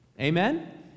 Amen